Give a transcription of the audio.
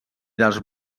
dels